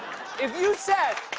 if you set